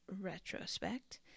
retrospect